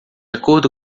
acordo